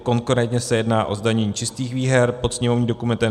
Konkrétně se jedná o zdanění čistých výher pod sněmovním dokumentem 3343.